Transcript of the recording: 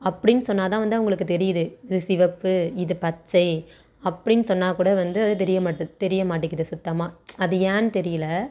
அப்படின்னு சொன்னால்தான் வந்து அவர்களுக்கு தெரியுது இது சிவப்பு இது பச்சை அப்படின்னு சொன்னால் கூட வந்து அது தெரியமாட்டி தெரியமாட்டேங்குது சுத்தமாக அது ஏன்னு தெரியலை